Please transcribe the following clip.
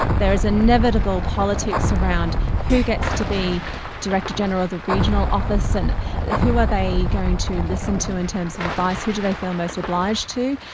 there is inevitable politics around who gets to be director general of the regional office and who are they going to listen to in terms of advice, who do they feel most obliged to,